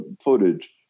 footage